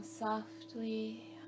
Softly